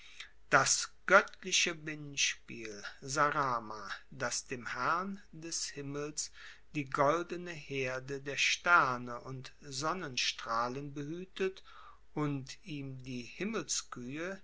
das goettliche windspiel saram das dem herrn des himmels die goldene herde der sterne und sonnenstrahlen behuetet und ihm die